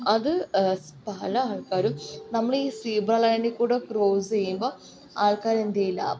അത് സ് പല ആൾക്കാരും നമ്മളീ സീബ്രാ ലൈനിൽക്കൂടി ക്രോസ് ചെയ്യുമ്പോ ആൾക്കാരെന്തു ചെയ്യില്ലാ